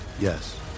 Yes